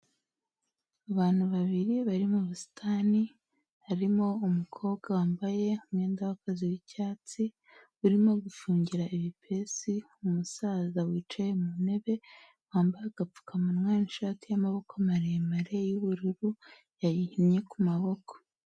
Abantu babiri bari mu busitani, harimo umukobwa wambaye umwenda w'akazi w'icyatsi, urimo gufungira ibipesi umusaza wicaye mu ntebe, wambaye agapfukamunwa n'ishati y'amaboko maremare y'ubururu, yayihinnye ku maboko.